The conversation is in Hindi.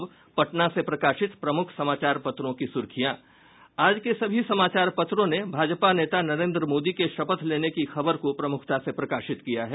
अब पटना से प्रकाशित प्रमुख समाचार पत्रों की सुर्खियां आज के सभी समाचार पत्रों ने भाजपा नेता नरेंद्र मोदी के शपथ लेने की खबर को प्रमुखता से प्रकाशित किया है